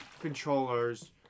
controllers